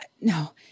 No